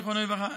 זיכרונו לברכה.